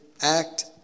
act